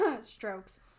Strokes